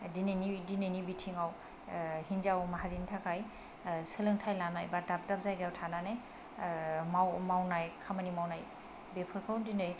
दिनैनि बिथिङाव हिनजाव माहारिनि थाखाय सोलोंथाइ लानाय बा दाब दाब जायगायाव थानानै मावनाय खामानि मावनाय बेफोरखौ दिनै